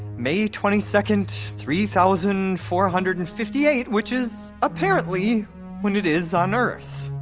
may twenty-second, three thousand four hundred and fifty-eight, which is apparently when it is on earth.